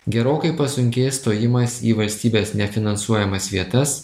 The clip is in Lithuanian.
gerokai pasunkės stojimas į valstybės nefinansuojamas vietas